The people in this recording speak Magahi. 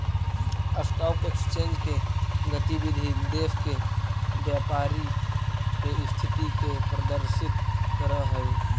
स्टॉक एक्सचेंज के गतिविधि देश के व्यापारी के स्थिति के प्रदर्शित करऽ हइ